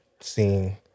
seeing